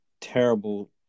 terrible